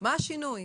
מה השינוי.